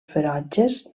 ferotges